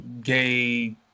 gay